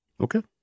Okay